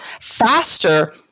faster-